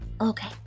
Okay